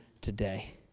today